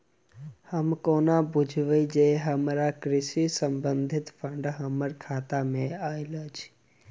हम कोना बुझबै जे हमरा कृषि संबंधित फंड हम्मर खाता मे आइल अछि?